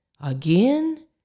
Again